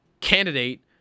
candidate